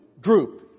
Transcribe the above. group